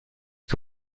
que